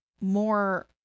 more